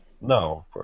No